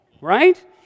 right